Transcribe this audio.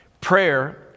prayer